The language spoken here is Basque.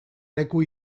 leku